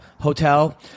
hotel